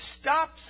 stops